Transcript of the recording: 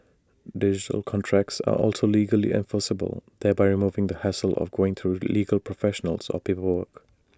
digital contracts are also legally enforceable thereby removing the hassle of going through legal professionals or paperwork